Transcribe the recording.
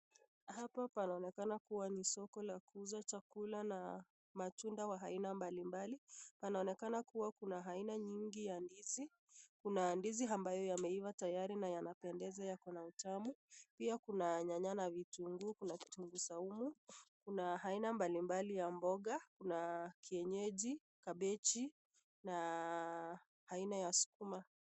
Hapa panaonekana kuwa ni soko la kuuza chakula na matunda ya aina mbalimbali. Panaonekana kuwa kuna aina nyingi ya ndizi. Kuna ndizi ambazo zimeiva tayari na zinapendeza na ni tamu. Pia kuna nyanya na vitunguu, kuna kitunguu saumu, kuna aina mbalimbali ya mboga na kienyeji na kabeji na aina ya sukuma.